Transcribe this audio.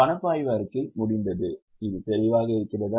பணப்பாய்வு அறிக்கை முடிந்தது இது தெளிவாக இருக்கிறதா